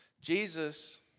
Jesus